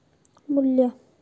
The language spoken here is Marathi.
मू्ल्य